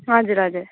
हजुर हजुर